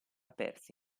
perse